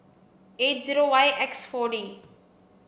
eight zero Y X four D